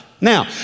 Now